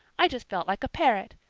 i just felt like a parrot.